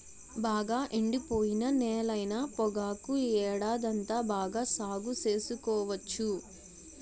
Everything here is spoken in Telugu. బాగా ఎండిపోయిన నేలైన పొగాకు ఏడాదంతా బాగా సాగు సేసుకోవచ్చు